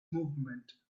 movement